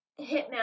hitman